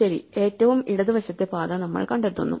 ശരി ഏറ്റവും ഇടത് വശത്തെ പാത നമ്മൾ കണ്ടെത്തുന്നു